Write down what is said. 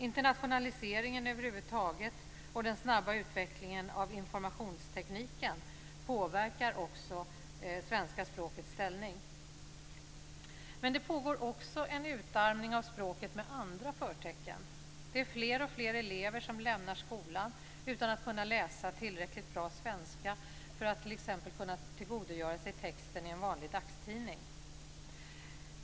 Internationaliseringen över huvud taget och den snabba utvecklingen av informationstekniken påverkar också svenska språkets ställning. Men det pågår också en utarmning av språket med andra förtecken. Det är fler och fler elever som lämnar skolan utan att kunna läsa tillräckligt bra svenska för att kunna tillgodogöra sig texten i t.ex. en vanlig dagstidning.